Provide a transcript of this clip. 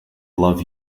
love